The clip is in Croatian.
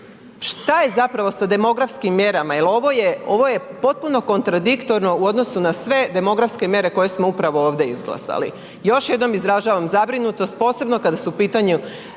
šta je zapravo sa demografskim mjerama, jer ovo je potpuno kontradiktorno u odnosu na sve demografske mjere koje smo upravo ovdje izglasali. Još jednom izražavam zabrinutost posebno kada su u pitanju